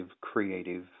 creative